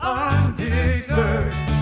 undeterred